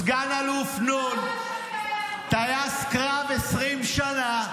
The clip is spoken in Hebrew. סגן אלוף נ', טייס קרב 20 שנה,